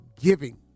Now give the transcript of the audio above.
giving